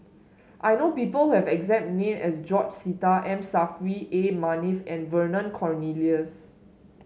I know people who have the exact name as George Sita M Saffri A Manaf and Vernon Cornelius